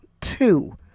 two